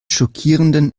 schockierenden